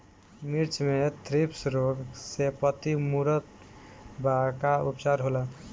मिर्च मे थ्रिप्स रोग से पत्ती मूरत बा का उपचार होला?